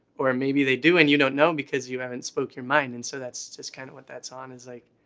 or maybe they do and you don't know, because you haven't spoke your mind. and so that's just kinda what that's on, is like,